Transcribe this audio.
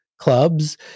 clubs